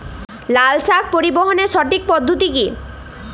লালশাক পরিবহনের সঠিক পদ্ধতি কি?